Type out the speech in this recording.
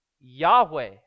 Yahweh